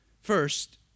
First